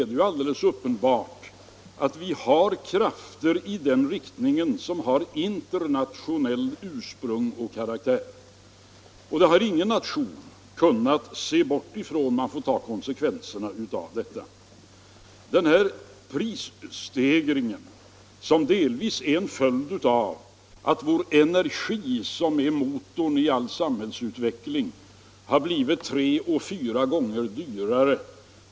Det är uppenbart att det finns krafter i prishöjande riktning som har internationellt ursprung, och ingen nation har kunnat undgå att ta konsekvenserna av dem. Prisstegringen är delvis en följd av att energin, som är motorn i all samhällsutveckling, blivit tre fyra gånger dyrare.